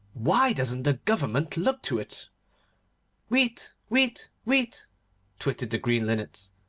why doesn't the government look to it weet! weet! weet twittered the green linnets,